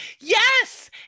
Yes